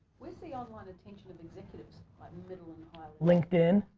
where's the online attention of executives, like middle linkedin.